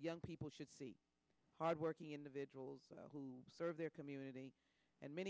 young people should see hard working individuals who serve their community and many